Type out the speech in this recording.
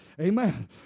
Amen